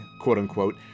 quote-unquote